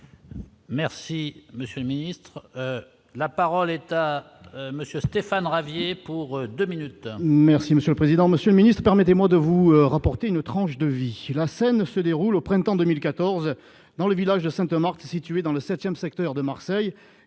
Merci monsieur le ministre, la parole est à monsieur Stéphane Ravier pour 2 minutes. Merci monsieur le président Monsieur minutes, permettez-moi de vous rapporter une tranche de vie, la scène se déroule au printemps 2014 dans le village de Saint-Marc, située dans le 7ème secteur de Marseille,